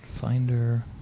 Finder